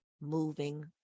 moving